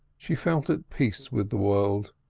she felt at peace with the world.